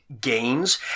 gains